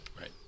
Right